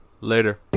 Later